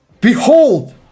Behold